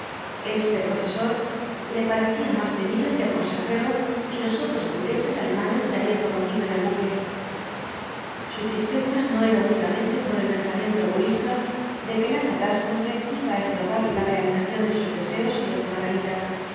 este profesor le parecía más temible que el consejero y los otros burgueses alemanes que había conocido en el buque su tristeza no era únicamente por el pensamiento egoísta de que la catástrofe iba á estorbar la realización de sus deseos y los de margarita